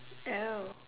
oh